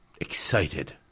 excited